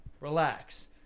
relax